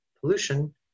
pollution